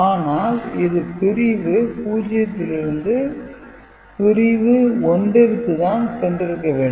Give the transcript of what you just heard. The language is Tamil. ஆனால் இது பிரிவு 0 லிருந்து பிரிவு 1 ற்கு தான் சென்றிருக்க வேண்டும்